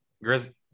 Grizzly